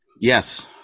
Yes